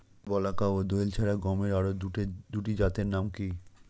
বলাকা ও দোয়েল ছাড়া গমের আরো দুটি জাতের নাম কি?